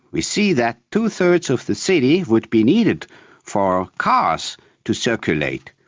we see that two-thirds of the city would be needed for cars to circulate,